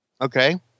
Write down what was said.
Okay